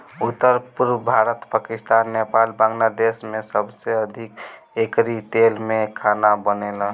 उत्तर, पुरब भारत, पाकिस्तान, नेपाल, बांग्लादेश में सबसे अधिका एकरी तेल में खाना बनेला